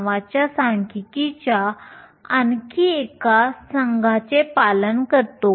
नावाच्या सांख्यिकीच्या आणखी एका संचाचे पालन करतो